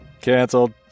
Cancelled